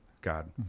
God